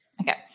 Okay